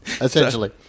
Essentially